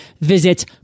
Visit